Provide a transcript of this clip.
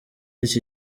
iki